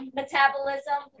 metabolism